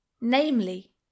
namely